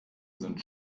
sind